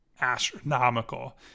astronomical